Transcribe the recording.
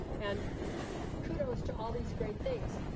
and kudos to all these great things.